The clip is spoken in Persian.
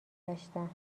گشتم